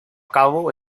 cabo